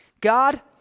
God